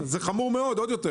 זה חמור מאוד, עוד יותר.